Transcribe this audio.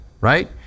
Right